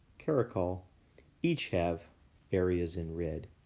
karakol each have areas in red.